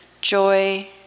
joy